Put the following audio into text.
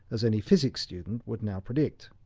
as any physics student would now predict.